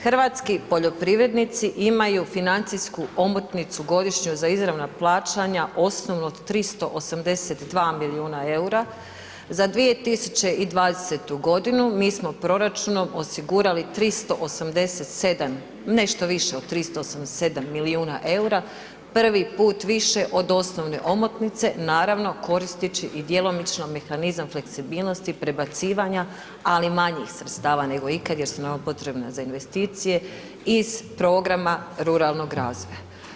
Hrvatski poljoprivrednici imaju financijsku omotnicu godišnju za izravna plaćanja … od 382 milijuna eura, za 2020. godinu mi smo proračunom osigurali 387, nešto više od 387 milijuna eura, prvi put više od osnovne omotnice, naravno koristeći i djelomično mehanizam fleksibilnosti prebacivanja, ali manjih sredstava nego ikad jer su nama potrebni za investicije iz programa Ruralnog razvoja.